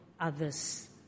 others